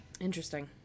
Interesting